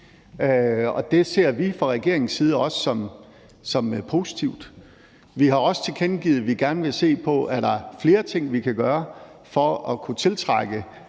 det ser vi fra regeringens side også som positivt. Vi har også tilkendegivet, at vi gerne vil se på, om der er flere ting, vi kan gøre for at kunne tiltrække